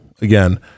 again